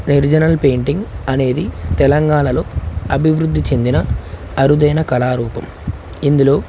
నిర్జనల్ painting అ నేది తెలంగాణలో అభివృద్ధి చెందిన అరుదైన కళారూపం ఇందులో